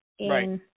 Right